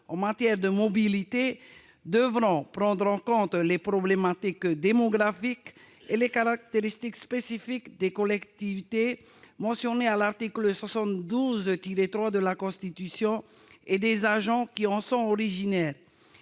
administration, devront prendre en compte les problématiques démographiques et les caractéristiques spécifiques des collectivités mentionnées à l'article 72-3 de la Constitution et des agents qui en sont originaires.